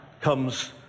comes